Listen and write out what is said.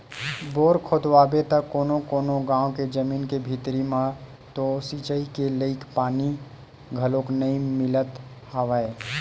bore खोदवाबे त कोनो कोनो गाँव के जमीन के भीतरी म तो सिचई के लईक पानी घलोक नइ मिलत हवय